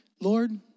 Lord